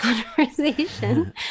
conversation